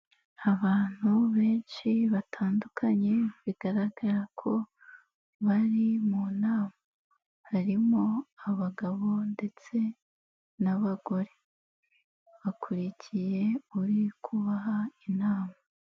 Abantu benshi batandukanye bigaragara ko bari mu nama, harimo abagabo ndetse n'abagore bakurikiye uri kubaha inama.